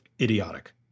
idiotic